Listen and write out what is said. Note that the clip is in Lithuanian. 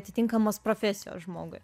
atitinkamos profesijos žmogui